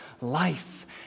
life